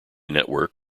network